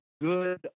good